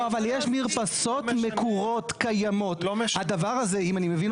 הרי, 1,200 מטר זה 10 דירות